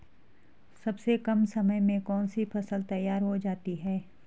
सबसे कम समय में कौन सी फसल तैयार हो जाती है?